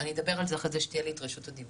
אני אדבר על זה אחרי זה כשתהיה לי רשות הדיבור,